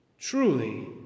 Truly